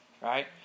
right